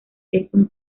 jason